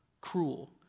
cruel